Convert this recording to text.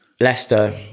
Leicester